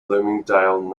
bloomingdale